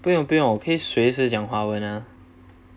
不用不用可以随时讲华文啊